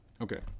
Okay